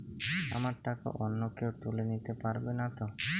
আমার টাকা অন্য কেউ তুলে নিতে পারবে নাতো?